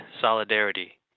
solidarity